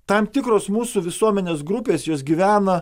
tam tikros mūsų visuomenės grupės jos gyvena